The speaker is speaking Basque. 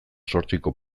zortziko